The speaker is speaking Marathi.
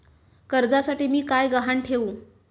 कर्जासाठी मी काय गहाण ठेवू?